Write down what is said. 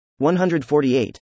148